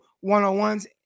one-on-ones